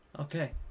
Okay